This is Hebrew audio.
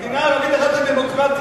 מדינה ערבית אחת שהיא דמוקרטית.